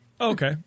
Okay